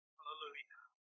Hallelujah